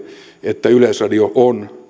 että yleisradio on